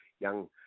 young